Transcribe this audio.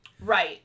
Right